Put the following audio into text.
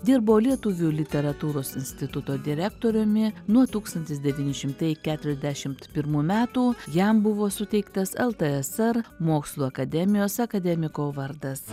dirbo lietuvių literatūros instituto direktoriumi nuo tūkstantis devyni šimtai keturiasdešimt pirmų metų jam buvo suteiktas ltsr mokslų akademijos akademiko vardas